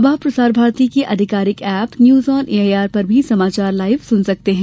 अब आप प्रसार भारती के अधिकारिक एप न्यूज ऑन एआइआर पर भी समाचार लाइव सुन सकते हैं